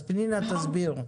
אז פנינה תסביר.